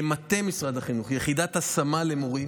כמטה משרד החינוך, יחידת השמה למורים.